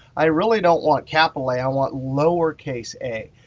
i really don't want capital, i want lowercase a.